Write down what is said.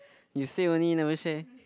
you say only never share